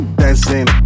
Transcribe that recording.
dancing